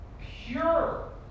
pure